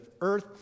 earth